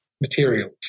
materials